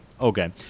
Okay